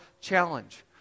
challenge